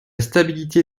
stabilité